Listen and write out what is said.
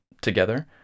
together